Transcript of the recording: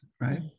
right